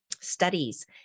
studies